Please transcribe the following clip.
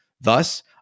Thus